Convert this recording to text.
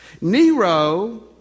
Nero